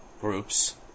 groups